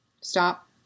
Stop